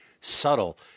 subtle